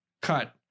cut